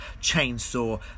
Chainsaw